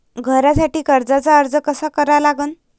घरासाठी कर्जाचा अर्ज कसा करा लागन?